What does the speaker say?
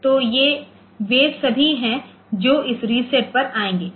तो ये वे सभी हैं जो इस रीसेट पर आएंगे